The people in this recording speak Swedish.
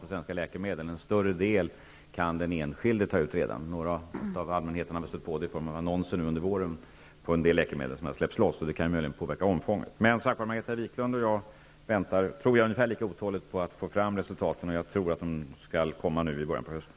Den enskilde kan redan nu ta ut ett större antal läkemedel utan recept, något som framgått av annonser under våren. Detta kan möjligen påverka omfånget. Jag tror att Margareta Viklund och jag väntar ungefär lika otåligt på att få se resultatet på utvärderingen. Jag tror att det kommer i början av hösten.